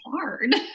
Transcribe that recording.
hard